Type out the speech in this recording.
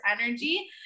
energy